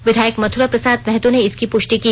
विधायक मथुरा प्रसाद महतो ने इसकी पृष्टि की